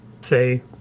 say